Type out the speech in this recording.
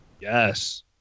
yes